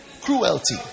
Cruelty